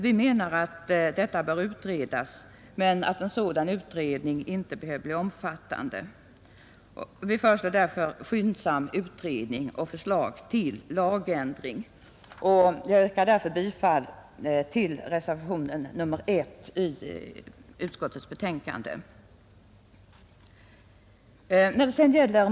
Vi menar att frågan bör utredas men att en sådan utredning inte behöver bli omfattande. Vi önskar därför skyndsam utredning och förslag till lagändring. Herr talman! Jag yrkar härmed bifall till reservationen 1 i socialförsäkringsutskottets betänkande nr 15.